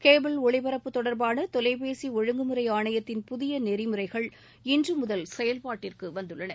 cable ஒளிபரப்பு தொடர்பான தொலைபேசி ஒழுங்குமுறை ஆணையத்தின் புதிய நெறிமுறைகள் இன்றுமுதல் செயல்பாட்டிற்கு வந்துள்ளன